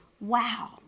Wow